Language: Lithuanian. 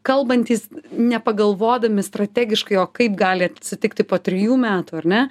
kalbantys nepagalvodami strategiškai o kaip gali atsitikti po trijų metų ar ne